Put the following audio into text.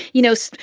you know,